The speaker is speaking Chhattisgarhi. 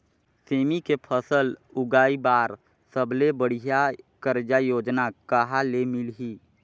सेमी के फसल उगाई बार सबले बढ़िया कर्जा योजना कहा ले मिलही?